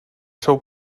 seu